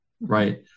right